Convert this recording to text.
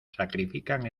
sacrifican